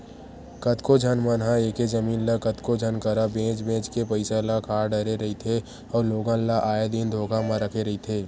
कतको झन मन ह एके जमीन ल कतको झन करा बेंच बेंच के पइसा ल खा डरे रहिथे अउ लोगन ल आए दिन धोखा म रखे रहिथे